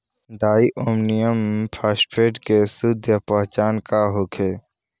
Di ammonium phosphate के शुद्ध पहचान का होखे?